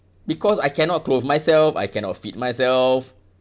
because I cannot clothe myself I cannot feed myself